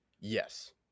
Yes